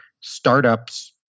startups